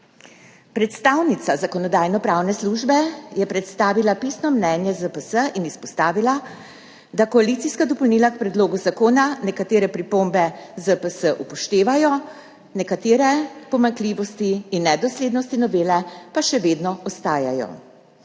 Predstavnica Zakonodajno-pravne službe je predstavila pisno mnenje ZPS in izpostavila, da koalicijska dopolnila k predlogu zakona nekatere pripombe ZPS upoštevajo, nekatere pomanjkljivosti in nedoslednosti novele pa še vedno ostajajo.